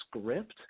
script